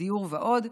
הדיור ועוד.